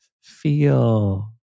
feel